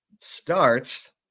starts